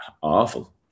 awful